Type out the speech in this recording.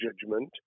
judgment